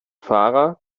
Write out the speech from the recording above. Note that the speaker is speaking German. fahrer